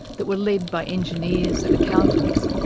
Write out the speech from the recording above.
that were led by engineers and accountants,